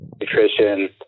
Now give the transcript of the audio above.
nutrition